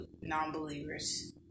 non-believers